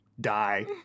die